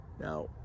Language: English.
now